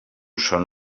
són